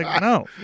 No